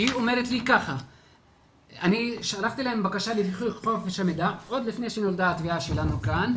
אני שלחתי להם בקשה לחופש המידע עוד לפני שנולדה התביעה שלנו כאן,